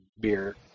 beer